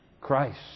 Christ